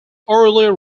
earlier